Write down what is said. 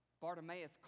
Bartimaeus